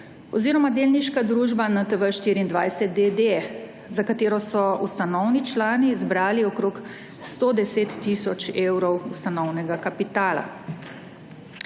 oziroma delniška družba NTV24, d.d., za katero so ustanovni člani zbrali okrog 110 tisoč evrov ustanovnega kapitala.